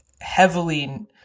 heavily